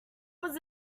was